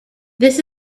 this